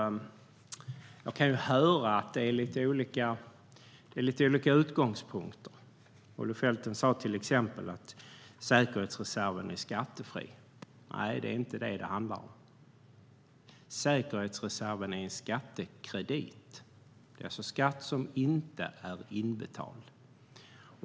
Jag kunde höra att det är fråga om lite olika utgångspunkter. Olle Felten sa till exempel att säkerhetsreserven är skattefri. Nej, det är inte vad det handlar om. Säkerhetsreserven är en skattekredit, det vill säga skatt som inte är inbetald.